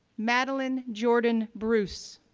madeline jordan bruce,